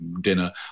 dinner